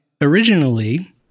originally